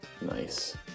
Nice